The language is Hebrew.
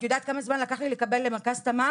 את יודעת לכמה זמן לקח לי להתקבל למרכז תמר?